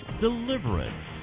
deliverance